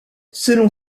selon